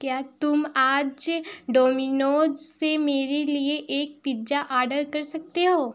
क्या तुम आज डोमिनोज से मेरे लिए एक पिज्जा आर्डर कर सकते हो